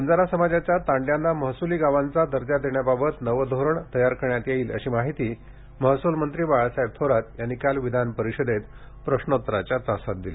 बंजारा समाजाच्या तांड्यांना महस्ली गावांचा दर्जा देण्याबाबत नवं धोरण तयार करण्यात येईल अशी माहिती महसूलमंत्री बाळासाहेब थोरात यांनी काल विधानपरिषदेत प्रश्नोत्तराच्या तासात दिली